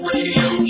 Radio